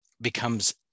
becomes